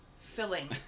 Filling